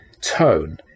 tone